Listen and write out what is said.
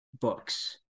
books